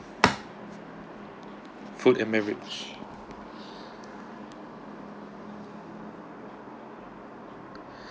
food and beverage